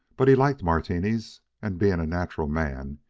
but he liked martinis, and, being a natural man,